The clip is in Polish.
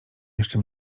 jeszcze